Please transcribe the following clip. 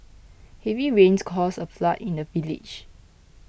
heavy rains caused a flood in the village